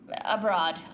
abroad